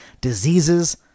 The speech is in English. diseases